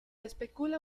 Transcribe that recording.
especula